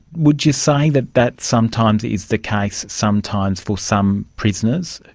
would you say that that sometimes is the case sometimes for some prisoners?